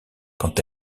quand